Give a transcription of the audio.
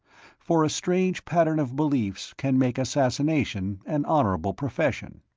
for a strange pattern of beliefs can make assassination an honorable profession!